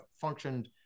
functioned